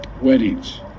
weddings